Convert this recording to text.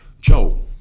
Joe